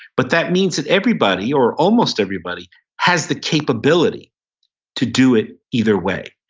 but that means that everybody or almost everybody has the capability to do it either way.